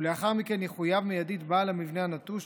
ולאחר מכן יחויב מיידית בעל המבנה הנטוש